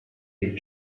with